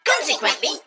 Consequently